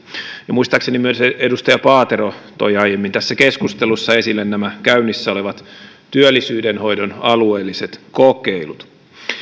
muistaakseni myös edustaja paatero toi aiemmin tässä keskustelussa esille nämä käynnissä olevat työllisyyden hoidon alueelliset kokeilut